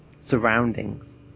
Surroundings